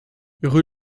rue